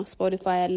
Spotify